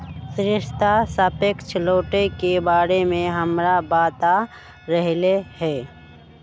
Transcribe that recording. श्वेता सापेक्ष लौटे के बारे में हमरा बता रहले हल